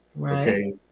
okay